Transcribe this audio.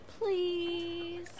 Please